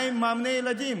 מה עם מאמני ילדים?